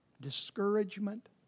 discouragement